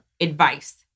advice